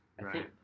right